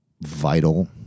vital